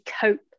cope